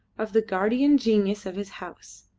of the guardian genius of his house.